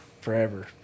forever